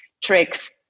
tricks